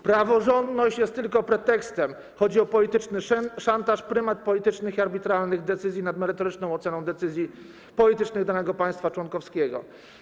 Praworządność jest tylko pretekstem, chodzi o polityczny szantaż, prymat politycznych i arbitralnych decyzji nad merytoryczną oceną decyzji politycznych danego państwa członkowskiego.